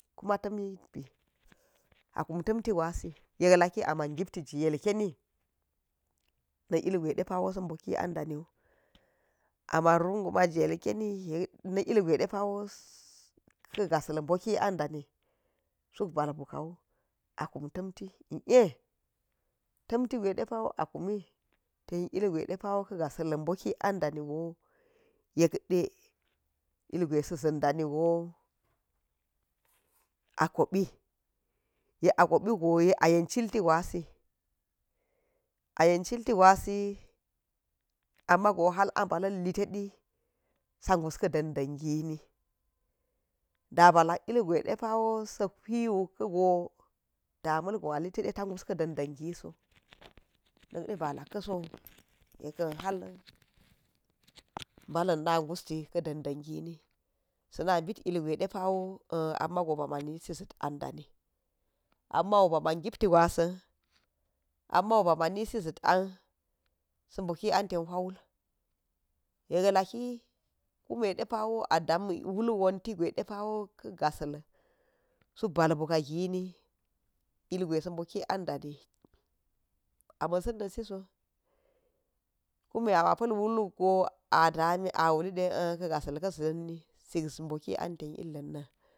Kuma ta̱mi bi, akum tamti gwasi yek laki a ma̱n gipti ga yilkeni, da ilgwai ɗepa sa boki an ɗani wu, aman nugu ma̱tsi ilkeni na ilgwai wai ɗepa̱ ka̱ ga̱sa̱l boki an ɗani suk bal buku wu, a kum tamti i, a, ta̱mti gwa̱iwa̱i depa̱ a kumi ten ilgwai ɗepa̱ ka̱ gata ga̱sa̱l boki an ɗanigo yekɗe ilgwai sa̱ za̱n ɗanigo a kopi yeka kopi go yek a yen cilti gwasi a yen cuti gwasi, amma̱go ha̱k a ba̱la̱n liteɗi sa̱ gus ka̱ ɗanɗan gini, ɗaba̱ lata ngwa̱i depa̱wo sa̱ huiklu kago ɗa̱ ma̱lgon a litletdde ta gus ka̱ dandan ziso, na̱kɗe ala̱k ka̱so, yekka̱n ha̱l ba̱la̱n na̱ gusti ka ɗan ɗan gini, sa̱na̱ bid ilgwai ɗepa̱wo ammago ba̱ma̱nisi za̱t an dani, amma̱u ba̱ma̱n gipti gwa̱sa̱n amma ba̱ ma̱nisi za̱t an, sa̱ boḵi an ten huiwul yek laki kumedepa̱ wo a ɗam wul wonti gwai ɗepa̱wo ka̱ ga̱sa̱l suk ba̱l buka̱ gin ilgwai sa̱ boki an da̱ni, ama̱sa̱n na̱ siso kume aba̱ pa̱l wulgo a ɗami a wulli ɗe, a ka̱ ga ten illan na̱.